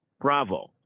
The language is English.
Bravo